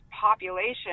population